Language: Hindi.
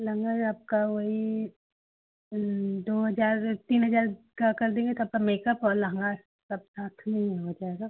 लहंगा आपका वही दो हजार तीन हजार का कर देंगे तो आपका मेकप और लहंगा सब साथ ही में हो जाएगा